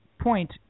point